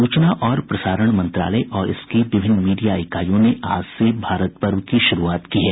सूचना और प्रसारण मंत्रालय और इसकी विभिन्न मीडिया इकाईयों ने आज से भारत पर्व की शुरूआत की है